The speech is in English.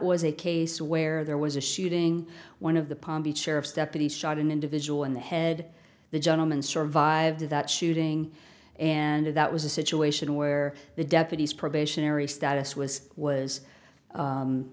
was a case where there was a shooting one of the palm beach sheriff's deputies shot an individual in the head the gentleman survived that shooting and that was a situation where the deputy's probationary status was was